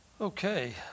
Okay